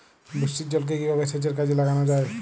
বৃষ্টির জলকে কিভাবে সেচের কাজে লাগানো যায়?